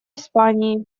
испании